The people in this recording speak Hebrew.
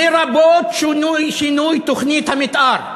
לרבות שינוי תוכנית המתאר.